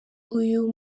uyu